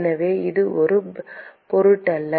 எனவே அது ஒரு பொருட்டல்ல